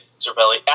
Cervelli